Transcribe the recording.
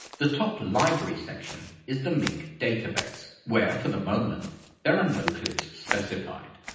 the top library section is the mync database. where for the moment there are no clips specified.